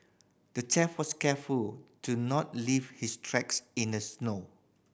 the thief was careful to not leave his tracks in the snow